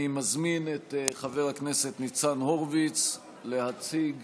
אני מזמין את חבר הכנסת ניצן הורוביץ להציג